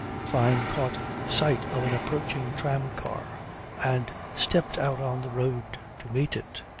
fyne caught sight of an approaching tram-car and stepped out on the road to meet it.